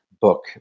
book